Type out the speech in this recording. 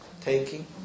Taking